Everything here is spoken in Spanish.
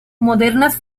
modernas